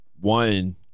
one